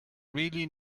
really